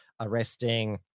arresting